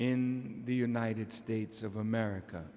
in the united states of america